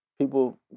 People